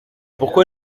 pourquoi